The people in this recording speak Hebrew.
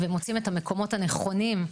ומוצאים את המקומות הנכונים,